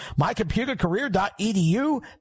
Mycomputercareer.edu